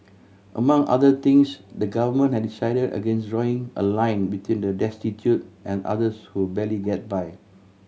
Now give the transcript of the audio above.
among other things the Government has decided against drawing a line between the destitute and others who barely get by